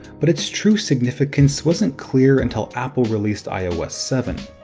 but its true significance wasn't clear until apple released ios seven.